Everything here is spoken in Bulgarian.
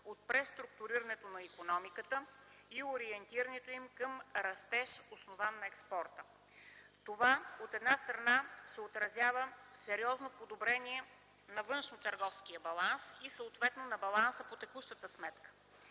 от преструктурирането на икономиката и ориентирането й към растеж, основан на експорта. Това, от една страна, се отразява в сериозно подобрение на външнотърговския баланс и съответно на баланса по текущата сметка